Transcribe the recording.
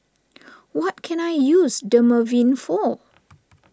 what can I use Dermaveen for